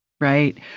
Right